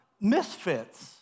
misfits